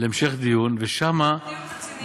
להמשך דיון, דיון רציני.